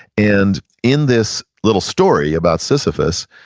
and in this little story about sisyphus,